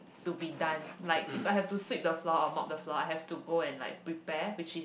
to be done like if I have to sweep the floor or mop the floor I have to go and like prepare which is